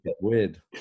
weird